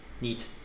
Neat